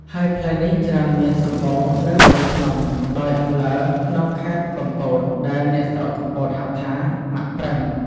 ហើយផ្លែនេះច្រើនមានសម្បូរនៅព្រៃភ្នំ ដោយអន្លើក្នុងខែត្រកំពត ដែលអ្នកស្រុកកំពតហៅថា មាក់ប្រិង។